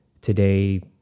today